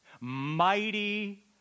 Mighty